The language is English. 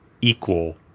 equal